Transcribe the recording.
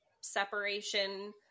separation